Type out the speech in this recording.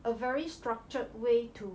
a very structured way to